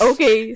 Okay